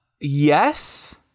Yes